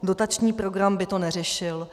Dotační program by to neřešil.